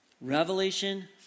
Revelation